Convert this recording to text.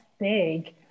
big